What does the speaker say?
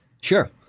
Sure